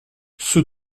ceux